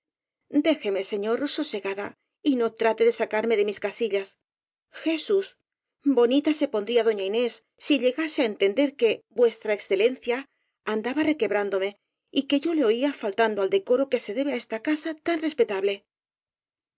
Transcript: déjeme señor sosegada y no trate de sacarme de mis casillas jesús bonita se pondría doña inés si llegase á entender que v e andaba requebrándome y que yo le oía fal tando al decoro que se debe á esta casa tan